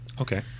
Okay